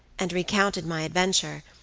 and recounted my adventure,